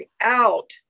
out